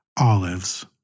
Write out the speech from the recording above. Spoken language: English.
Olives